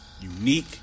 unique